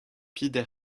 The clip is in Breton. peder